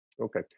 okay